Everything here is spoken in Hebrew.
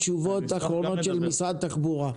תשובות אחרונות של משרד התחבורה.